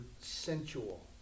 sensual